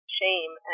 shame